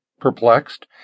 Perplexed